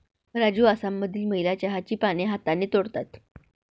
राजू आसाममधील महिला चहाची पाने हाताने तोडतात